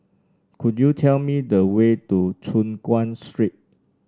could you tell me the way to Choon Guan Street